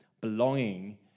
belonging